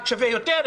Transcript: אחד שווה יותר,